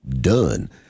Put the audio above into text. Done